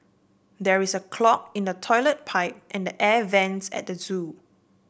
there is a clog in the toilet pipe and air vents at the zoo